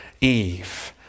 Eve